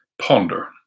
Ponder